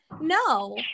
no